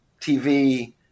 TV